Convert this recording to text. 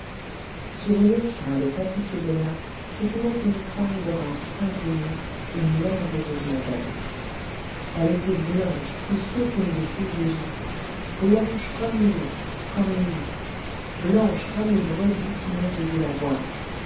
sur une estrade tapissée de nattes se tenait une femme de race inconnue et merveilleusement belle elle était blanche plus qu'aucune des filles d'égypte blanche comme le lait comme le lis blanche comme les brebis qui montent du lavoir